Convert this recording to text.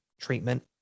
treatment